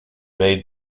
made